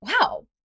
Wow